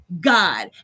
God